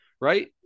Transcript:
right